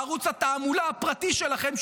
בערוץ התעמולה הפרטי שלכם,